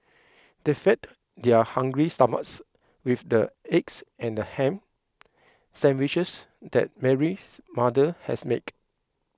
they fed their hungry stomachs with the eggs and ham sandwiches that Mary's mother has make